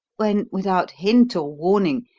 when, without hint or warning,